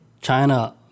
China